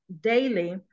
daily